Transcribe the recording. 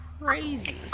crazy